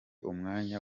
umwanya